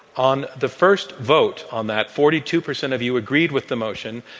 on the first vote on that, forty two percent of you agreed with the motion,